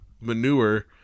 manure